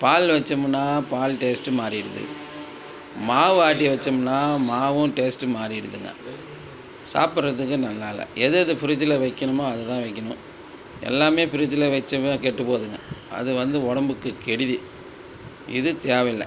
பால் வச்சோம்னால் பால் டேஸ்ட்டு மாறிவிடுது மாவு ஆட்டி வச்சோம்னால் மாவும் டேஸ்ட்டு மாறிவிடுதுங்க சாப்பிட்றதுக்கு நல்லா இல்லை எது எது ஃபிரிட்ஜில் வைக்கணுமோ அதை தான் வைக்கணும் எல்லாமே ஃபிரிட்ஜில் வச்சுமே கெட்டு போகுதுங்க அது வந்து உடம்புக்கு கெடுதி இது தேவையில்ல